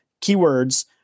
keywords